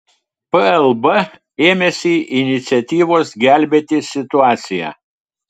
plb ėmėsi iniciatyvos gelbėti situaciją